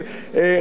אתה מפריע לי,